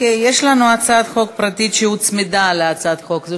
יש לנו הצעת חוק פרטית שהוצמדה להצעת חוק זו,